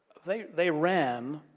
they they ran